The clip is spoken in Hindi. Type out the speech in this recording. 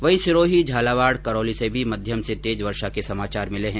वहीं सिरोही झालावाड करौली से भी मध्यम से तेज वर्षा के समाचार मिले है